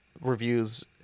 reviews